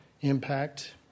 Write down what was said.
impact